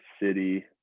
city